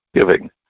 giving